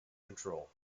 control